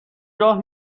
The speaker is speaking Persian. راه